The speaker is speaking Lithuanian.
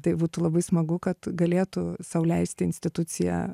tai būtų labai smagu kad galėtų sau leisti institucija